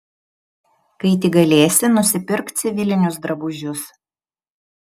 kai tik galėsi nusipirk civilinius drabužius